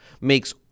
makes